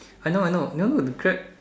I know I know know the Grab